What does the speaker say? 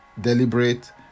deliberate